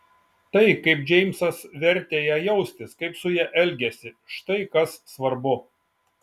tai kaip džeimsas vertė ją jaustis kaip su ja elgėsi štai kas svarbu